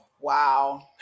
Wow